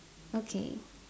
okay